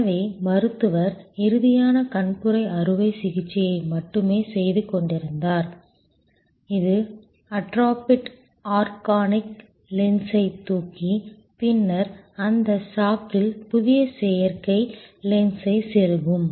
எனவே மருத்துவர் இறுதியான கண்புரை அறுவை சிகிச்சையை மட்டுமே செய்து கொண்டிருந்தார் இது அட்ராஃபிட் ஆர்கானிக் லென்ஸை தூக்கி பின்னர் அந்த சாக்கில் புதிய செயற்கை லென்ஸை செருகும்